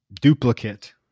duplicate